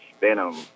venom